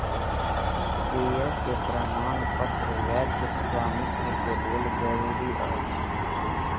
share के प्रमाणपत्र वैध स्वामित्व के लेल जरूरी अछि